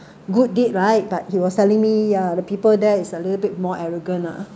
good deed right but he was telling me ya the people there is a little bit more arrogant ah